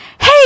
hey